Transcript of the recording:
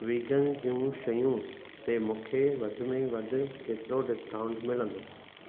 vegan जूं शयूं ते मूंखे वधि में वधि केतिरो डिस्काऊंट मिलंदो